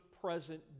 present